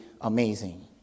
amazing